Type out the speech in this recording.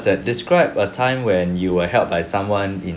that describe a time when you were held by someone in